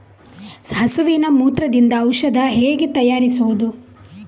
ಹಸುವಿನ ಮೂತ್ರದಿಂದ ಔಷಧ ಹೇಗೆ ತಯಾರಿಸುವುದು?